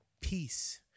peace